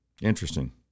Interesting